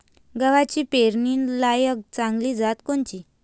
गव्हाची पेरनीलायक चांगली जात कोनची?